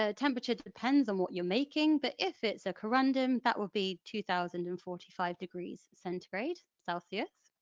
ah temperature depends on what you're making, but if it's a corundum that would be two thousand and forty five degrees centigrade, celsius.